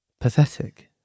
Pathetic